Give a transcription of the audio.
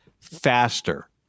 faster